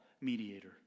mediator